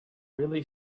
really